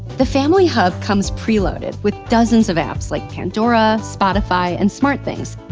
the family hub comes preloaded with dozens of apps like pandora, spotify, and smartthings,